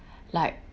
like